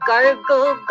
Gargle